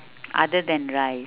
other than rice